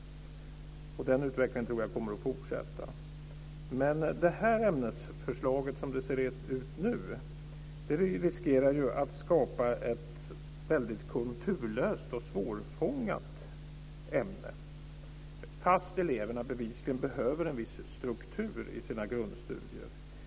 Den utvecklingen kommer att fortsätta. Som ämnesförslaget ser ut nu riskerar det att skapa ett konturlöst och svårfångat ämne, fast eleverna bevisligen behöver en viss struktur i sina grundstudier.